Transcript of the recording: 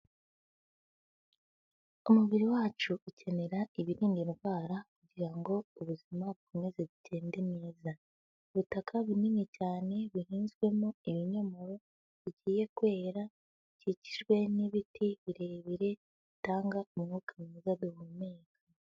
Umubiri wacu ukenera ibirinda indwara kugira ngo ubuzima bukomeze bugende neza, ubutaka bunini cyane bihinzwemo ibinyomoro bigiye kwera bikikijwe n'ibiti birebire bitanga umwuka mwiza duhumeka.